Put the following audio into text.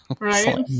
Right